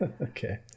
Okay